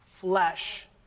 Flesh